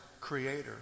creator